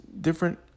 different